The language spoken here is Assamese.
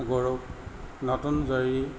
গৰুক নতুন জৰী